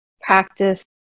practice